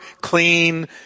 clean